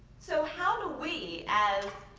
so how do we as